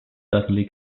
suddenly